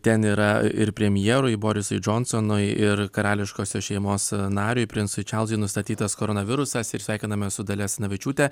ten yra ir premjerui borisui džonsonui ir karališkosios šeimos nariui princui čarlzui nustatytas koronavirusas ir sveikiname su dalia asanavičiūtė